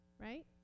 Right